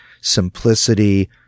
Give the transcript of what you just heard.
simplicity